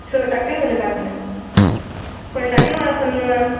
so டக்குனு கொஞ்சம் பாருங்கள் கொஞ்சம் டக்குனு வர சொல்லுங்கள் மேம்